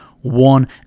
one